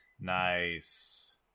nice